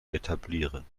etablieren